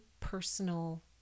personal